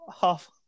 half